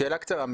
שאלה קצרה.